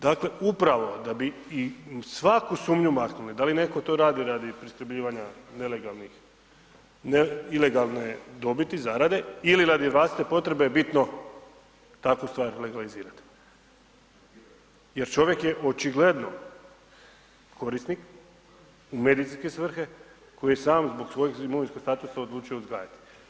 Dakle, upravo da bi svaku sumnju maknuli, da li netko to radi radi priskrbljivanja nelegalnih, ilegalne dobiti, zarade, ili radi vlastite potrebe, bitno takvu stvar legalizirati, jer čovjek je očigledno korisnik u medicinske svrhe, koji je sam zbog svojeg imovinskog statusa odlučio uzgajati.